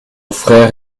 frère